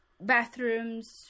bathrooms